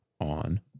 on